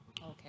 Okay